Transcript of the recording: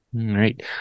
right